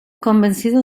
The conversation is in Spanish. convencido